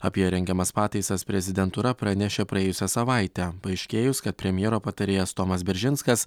apie rengiamas pataisas prezidentūra pranešė praėjusią savaitę paaiškėjus kad premjero patarėjas tomas beržinskas